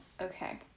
Okay